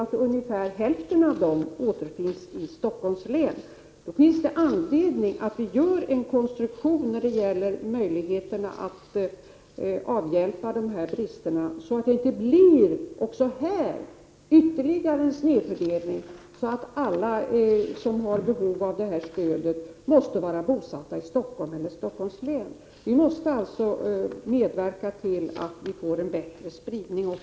När vi vet att hälften av dessa återfinns i Stockholms län har vi anledning att åstadkomma en konstruktion när det gäller att avhjälpa de här bristerna, så att vi inte även på detta område får en ytterligare snedfördelning som innebär att alla som har behov av detta stöd måste vara bosatta i Stockholm eller i Stockholms län för att få hjälp. Vi måste alltså medverka till att vi här får en bättre spridning.